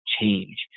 change